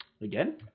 again